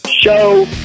Show